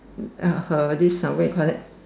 uh her this uh what you call that